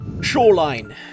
shoreline